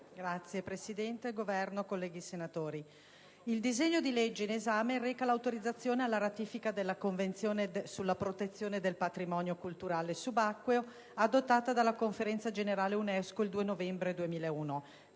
rappresentante del Governo, colleghi senatori, il disegno di legge in esame reca l'autorizzazione alla ratifica della Convenzione sulla protezione del patrimonio culturale subacqueo, adottata dalla Conferenza generale UNESCO il 2 novembre 2001.